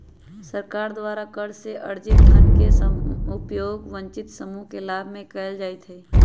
सरकार द्वारा कर से अरजित धन के उपयोग वंचित समूह के लाभ में कयल जाईत् हइ